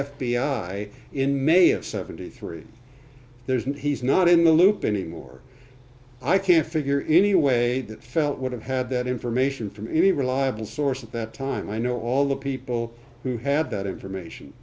i in may of seventy three there's and he's not in the loop anymore i can't figure in any way that felt would have had that information from any reliable source at that time i know all the people who had that information